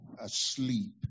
asleep